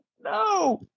no